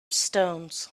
stones